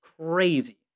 crazy